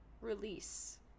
release